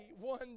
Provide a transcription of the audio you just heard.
one